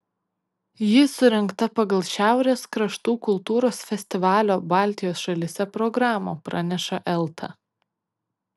ji surengta pagal šiaurės kraštų kultūros festivalio baltijos šalyse programą praneša elta